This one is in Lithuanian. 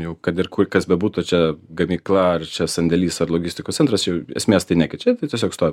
jau kad ir kur kas bebūtų čia gamykla ar čia sandėlys ar logistikos centras čia jau esmės tai nekeičia tai tiesiog stovi